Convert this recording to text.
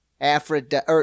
Aphrodite